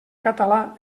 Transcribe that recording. català